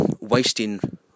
wasting